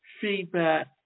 feedback